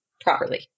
properly